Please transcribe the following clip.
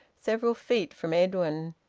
several feet from edwin.